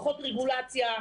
פחות רגולציה,